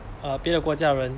uh 别的国家的人